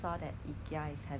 two dollar fifty cents leh